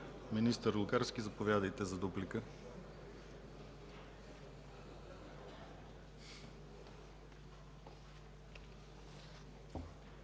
Министър Лукарски, заповядайте за дуплика.